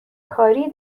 کاری